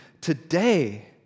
today